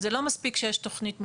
זה לא מספיק שיש תכנית מאושרת,